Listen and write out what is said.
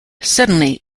suddenly